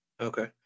Okay